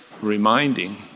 reminding